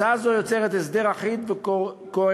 הצעה זו יוצרת הסדר אחיד וקוהרנטי